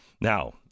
Now